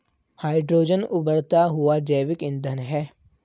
hydrogen उबरता हुआ जैविक ईंधन है